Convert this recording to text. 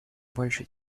больше